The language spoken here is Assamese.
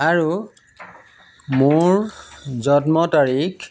আৰু মোৰ জন্ম তাৰিখ